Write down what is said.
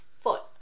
foot